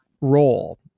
role